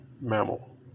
mammal